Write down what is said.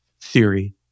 theory